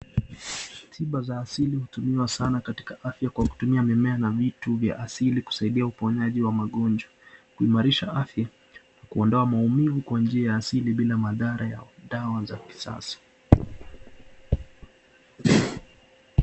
Tiba za asili hutumiwa sana katika afya kwa kutumia mimea na vitu vya asili kusaidia uponaji wa magonjwa, kuimarisha afya , kuondoa maumivu kwa njia ya asili bila madhara ya dawa za kisasa.